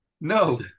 No